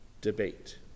debate